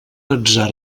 atzar